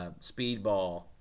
Speedball